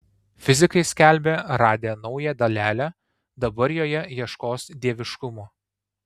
fizikai skelbia radę naują dalelę dabar joje ieškos dieviškumo